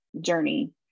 journey